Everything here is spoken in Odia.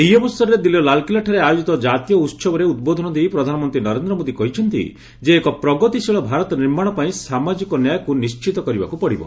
ଏହି ଅବସରରେ ଦିଲ୍ଲୀର ଲାଲ୍କିଲ୍ଲାଠାରେ ଆୟୋଜିତ ଜାତୀୟ ଉହବରେ ଉଦ୍ବୋଧନ ଦେଇ ପ୍ରଧାନମନ୍ତ୍ରୀ ନରେନ୍ଦ୍ର ମୋଦି କହିଛନ୍ତି ଯେ ଏକ ପ୍ରଗତିଶୀଳ ଭାରତ ନିର୍ମାଣ ପାଇଁ ସାମାଜିକ ନ୍ୟାୟକୁ ନିଶ୍ଚିତ କରିବାକୁ ପଡ଼ିବ